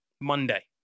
Monday